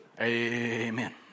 Amen